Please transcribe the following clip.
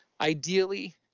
ideally